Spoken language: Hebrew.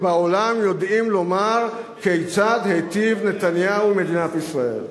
ובעולם יודעים לומר כיצד היטיב נתניהו עם מדינת ישראל?